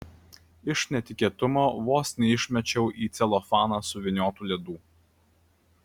iš netikėtumo vos neišmečiau į celofaną suvyniotų ledų